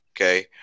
Okay